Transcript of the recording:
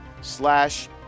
slash